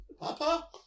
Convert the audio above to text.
Papa